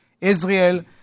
Israel